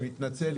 אני מתנצל,